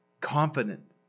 confident